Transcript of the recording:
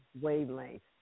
wavelength